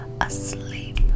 asleep